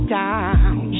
down